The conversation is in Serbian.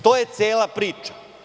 To je cela priča.